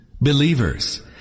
Believers